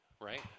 right